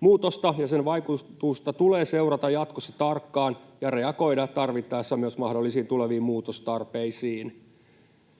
Muutosta ja sen vaikutusta tulee seurata jatkossa tarkkaan ja reagoida tarvittaessa myös mahdollisiin tuleviin muutostarpeisiin.